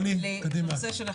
שאלתי